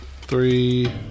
three